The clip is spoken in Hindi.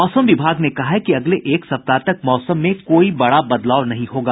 मौसम विभाग ने कहा है कि अगले एक सप्ताह तक मौसम में कोई बड़ा बदलाव नहीं होगा